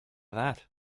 thought